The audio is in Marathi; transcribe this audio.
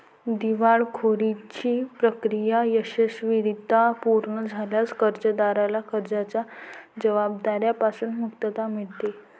दिवाळखोरीची प्रक्रिया यशस्वीरित्या पूर्ण झाल्यास कर्जदाराला कर्जाच्या जबाबदार्या पासून मुक्तता मिळते